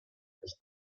eines